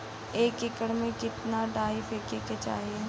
एक एकड़ में कितना डाई फेके के चाही?